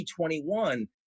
2021